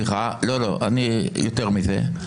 לא, יותר מזה.